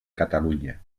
catalunya